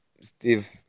Steve